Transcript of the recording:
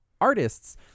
artists